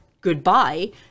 Goodbye